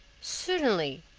certainly,